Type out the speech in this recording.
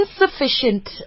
insufficient